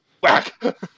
Whack